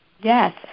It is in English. Yes